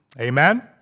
Amen